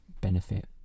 benefit